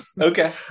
Okay